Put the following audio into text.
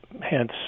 hence